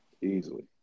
easily